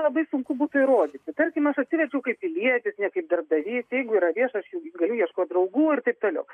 labai sunku būtų įrodyti tarkim aš atsiverčiau kaip pilietis ne kaip darbdavys jeigu yra viešas galiu ieškot draugų ir taip toliau